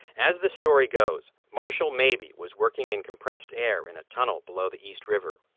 as the story goes, marshall mabey was working in compressed air in a tunnel below the east river.